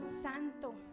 santo